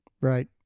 right